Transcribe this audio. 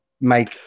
make